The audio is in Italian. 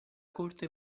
corte